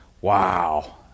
wow